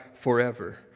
forever